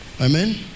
Amen